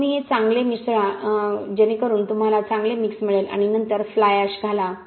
मग तुम्ही हे चांगले मिसळा जेणेकरून तुम्हाला चांगले मिक्स मिळेल आणि नंतर फ्लाय ऍश घाला